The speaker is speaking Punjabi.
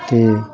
ਅਤੇ